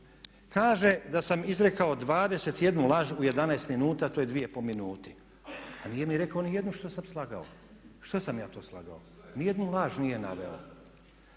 Kaže da sam izrekao 21 laž u 11 minuta, to je 2 i pol minute. A nije mi rekao ni jednu što sam slagao. Što sam ja to slagao? Ni jednu laž nije naveo.